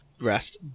rest